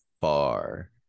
far